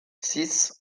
six